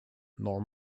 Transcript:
nor